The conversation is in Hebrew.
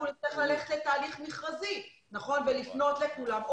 אנחנו נצטרך ללכת להליך מכרזי ולפנות לכולם,